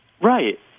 Right